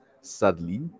sadly